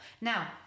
now